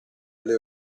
alle